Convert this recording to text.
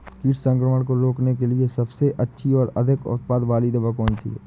कीट संक्रमण को रोकने के लिए सबसे अच्छी और अधिक उत्पाद वाली दवा कौन सी है?